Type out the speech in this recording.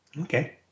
Okay